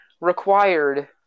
required